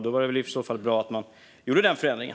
I så fall var det väl bra att man gjorde den förändringen.